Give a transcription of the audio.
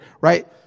right